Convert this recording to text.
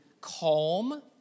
calm